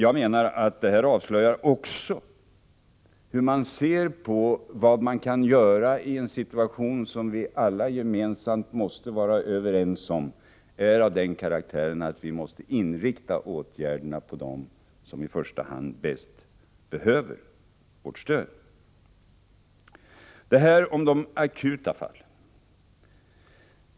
Jag menar att detta avslöjar även hur de ser på vad man kan göra i en situation som vi alla måste vara överens om är av den karaktären att vi i första hand måste inrikta åtgärderna på dem som bäst behöver vårt stöd. Detta om de akuta fallen.